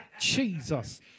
Jesus